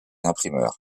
imprimeurs